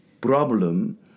problem